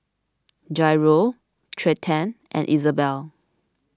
Jairo Trenten and Isabella